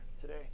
today